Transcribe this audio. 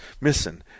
missing